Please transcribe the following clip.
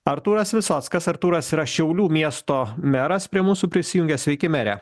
artūras visockas artūras yra šiaulių miesto meras prie mūsų prisijungė sveiki mere